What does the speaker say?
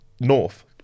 north